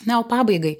na o pabaigai